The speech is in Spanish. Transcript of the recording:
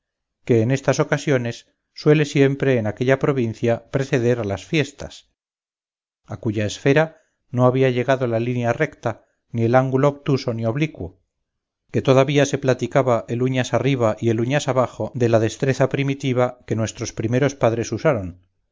que en estas ocasiones suele siempre en aquella provincia preceder a las fiestas a cuya esfera no había llegado la línea recta ni el ángulo obtuso ni oblicuo que todavía se platicaba el uñas arriba y el uñas abajo de la destreza primitiva que nuestros primeros padres usaron